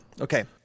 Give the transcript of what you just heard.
Okay